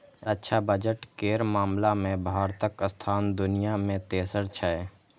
रक्षा बजट केर मामला मे भारतक स्थान दुनिया मे तेसर छै